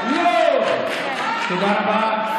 די.